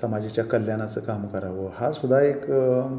समाजाच्या कल्याणाचं काम करावं हासुद्धा एक